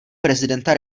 prezidenta